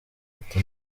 ati